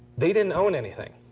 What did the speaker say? they didn't own anything.